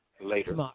later